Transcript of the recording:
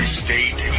state